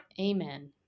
amen